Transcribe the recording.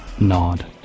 nod